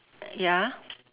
ya